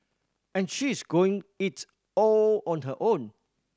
and she is going it all on her own